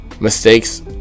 Mistakes